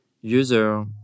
user